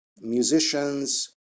musicians